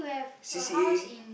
C_C_A